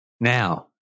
Now